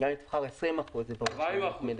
וגם אם תבחר 20% ברור שזה מעט מדי.